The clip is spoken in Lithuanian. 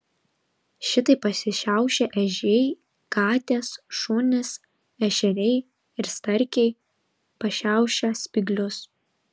šitaip pasišiaušia ežiai katės šunys ešeriai ir starkiai pašiaušia spyglius